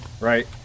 Right